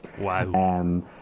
Wow